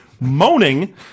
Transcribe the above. moaning